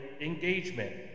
engagement